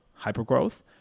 Hypergrowth